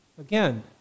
Again